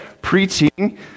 preaching